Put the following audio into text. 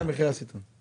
המחיר הסיטונאי שלה.